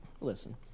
listen